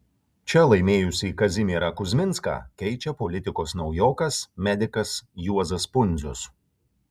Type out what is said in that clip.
čia laimėjusį kazimierą kuzminską keičia politikos naujokas medikas juozas pundzius